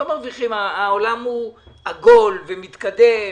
העולם הוא עגול ומתקדם,